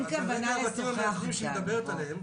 אין כוונה --- אז כרגע הבתים המאזנים שהיא מדברת עליהם,